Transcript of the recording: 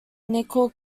nickel